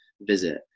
visit